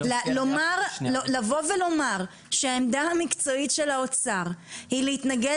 אני רק רוצה --- לבוא ולומר שהעמדה המקצועית של האוצר היא להתנגד